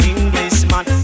Englishman